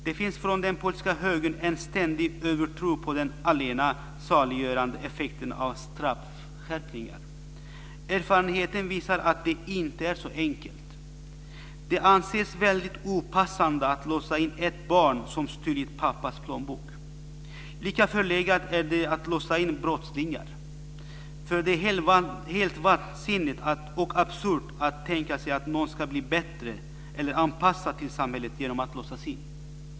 Det finns från den politiska högern en ständig övertro på den allena saliggörande effekten av straffskärpningar. Erfarenheten visar att det inte är så enkelt. Det anses väldigt opassande att låsa in ett barn som stulit pappas plånbok. Lika förlegat är det att låsa in brottslingar. Det är nämligen helt vansinnigt och absurt att tänka sig att någon ska kunna bli bättre eller anpassad till samhället genom att låsas in.